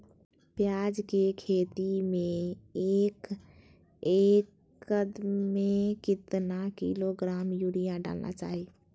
प्याज की खेती में एक एकद में कितना किलोग्राम यूरिया डालना है?